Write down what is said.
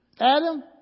Adam